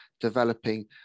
developing